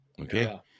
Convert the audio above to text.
Okay